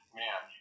man